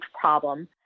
problem